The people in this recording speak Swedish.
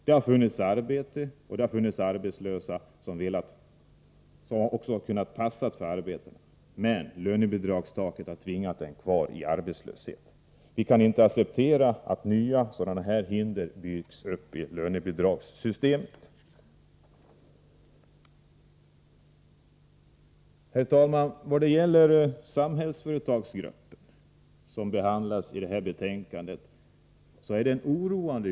Det har funnits arbete och det har funnits arbetslösa som har passat för arbetena, men lönebidragstaket har tvingat dem kvar i arbetslöshet. Vi kan inte acceptera att nya sådana hinder byggs in i lönebidragssystemet. Herr talman! Utvecklingen i vad gäller Samhällsföretagsgruppen, som behandlas i det här betänkandet, är oroande.